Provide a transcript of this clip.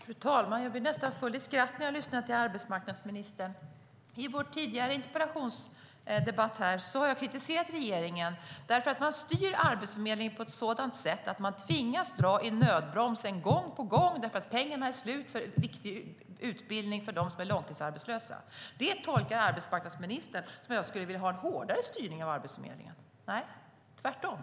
Fru talman! Jag blir nästan full i skratt när jag lyssnar till arbetsmarknadsministern. I vår tidigare interpellationsdebatt kritiserade jag regeringen för att man styr Arbetsförmedlingen på ett sådant sätt att man tvingas dra i nödbromsen gång på gång därför att pengarna är slut för viktig utbildning för dem som är långtidsarbetslösa. Det tolkar arbetsmarknadsministern som att jag skulle vilja ha hårdare styrning av Arbetsförmedlingen. Nej, det är tvärtom!